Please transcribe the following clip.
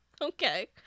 Okay